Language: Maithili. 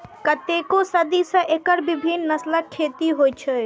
कतेको सदी सं एकर विभिन्न नस्लक खेती होइ छै